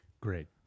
Great